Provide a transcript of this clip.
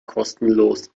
kostenlos